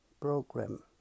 program